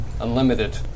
Unlimited